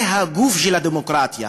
זה הגוף של הדמוקרטיה.